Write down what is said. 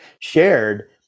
shared